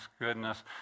goodness